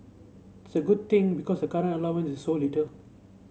it's a good thing because the current allowance is so little